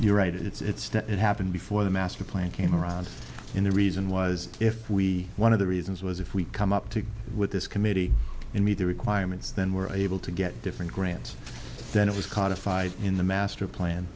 your right it's that it happened before the masterplan came around in the reason was if we one of the reasons was if we come up to with this committee and meet the requirements then we're able to get different grants then it was codified in the master plan